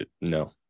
No